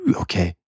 okay